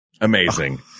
Amazing